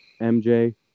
MJ